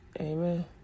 Amen